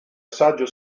saggio